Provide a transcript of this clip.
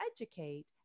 educate